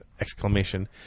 exclamation